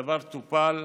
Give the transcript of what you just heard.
הדבר טופל,